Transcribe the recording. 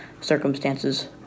circumstances